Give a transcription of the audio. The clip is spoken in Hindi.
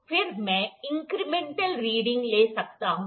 फिर मैं इंक्रीमेंटल रीडिंग ले सकता हूं